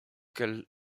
quel